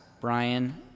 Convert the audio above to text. Brian